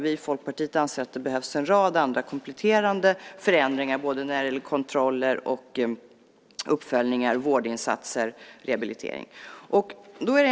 Vi i Folkpartiet anser att det behövs en rad andra kompletterande förändringar när det gäller kontroller, uppföljningar, vårdinsatser och rehabilitering.